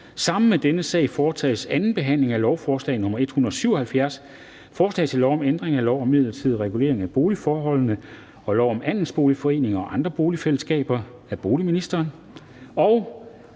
dagsordenen er: 19) 2. behandling af lovforslag nr. L 176: Forslag til lov om ændring af lov om midlertidig regulering af boligforholdene og lov om andelsboligforeninger og andre boligfællesskaber. (Øgede